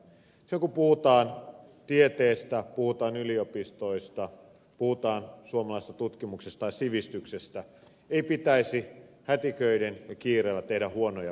silloin kun puhutaan tieteestä puhutaan yliopistoista puhutaan suomalaisesta tutkimuksesta tai sivistyksestä ei pitäisi hätiköiden ja kiireellä tehdä huonoja päätöksiä